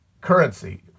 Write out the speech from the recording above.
currency